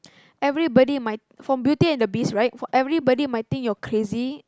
everybody might from Beauty-and-the-Beast right everybody might think you're crazy